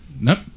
Nope